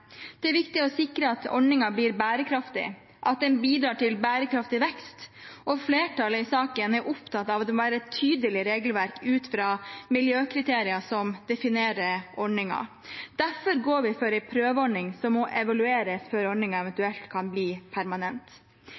Det er viktig å sikre at ordningen blir bærekraftig, at den bidrar til bærekraftig vekst, og flertallet i saken er opptatt av at det må være et tydelig regelverk ut fra miljøkriterier definerer ordningen. Derfor går vi for en prøveordning som må evalueres før ordningen eventuelt kan bli permanent.